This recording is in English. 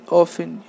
often